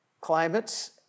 climates